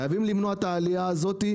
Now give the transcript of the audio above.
חייבים למנוע את העלייה הזאת.